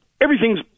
everything's